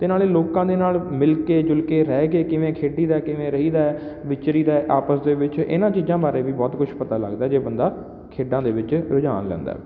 ਅਤੇ ਨਾਲੇ ਲੋਕਾਂ ਦੇ ਨਾਲ ਮਿਲ ਕੇ ਜੁਲ ਕੇ ਰਹਿ ਕੇ ਕਿਵੇਂ ਖੇਡੀ ਦਾ ਕਿਵੇਂ ਰਹੀ ਦਾ ਵਿਚਰੀ ਦਾ ਆਪਸ ਦੇ ਵਿੱਚ ਇਹਨਾਂ ਚੀਜ਼ਾਂ ਬਾਰੇ ਵੀ ਬਹੁਤ ਕੁਛ ਪਤਾ ਲਗਦਾ ਜੇ ਬੰਦਾ ਖੇਡਾਂ ਦੇ ਵਿੱਚ ਰੁਝਾਨ ਲੈਂਦਾ